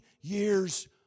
years